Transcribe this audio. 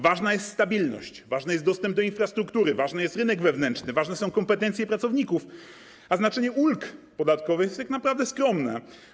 Ważna jest stabilność, ważny jest dostęp do infrastruktury, ważny jest rynek wewnętrzny, ważne są kompetencje pracowników, a znaczenie ulg podatkowych jest tak naprawdę skromne.